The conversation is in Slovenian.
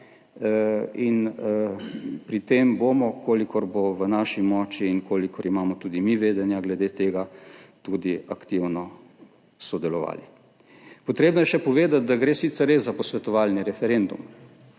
Pri tem bomo, kolikor bo v naši moči in kolikor imamo tudi mi vedenja glede tega, tudi aktivno sodelovali. Treba je še povedati, da gre sicer res za posvetovalni referendum,